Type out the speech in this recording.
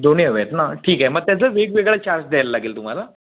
दोन्ही हवे आहेत ना ठीक आहे मग त्याचा वेगवेगळा चार्ज द्यायला लागेल तुम्हाला